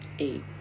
Eight